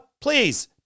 Please